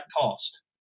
cost